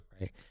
right